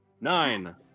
Nine